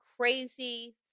crazy